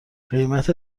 قیمت